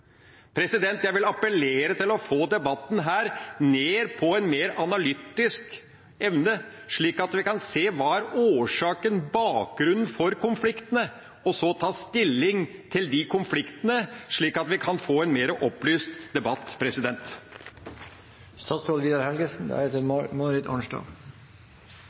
Jeg vil appellere til å få debatten her ned på et mer analytisk nivå, slik at vi kan se hva som er årsaken til, bakgrunnen for, konfliktene, og så ta stilling til de konfliktene, slik at vi kan få en mer opplyst debatt.